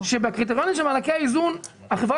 בקריטריונים של מענקי האיזון החברה